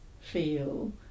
feel